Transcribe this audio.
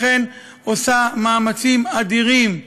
אכן עושה מאמצעים אדירים,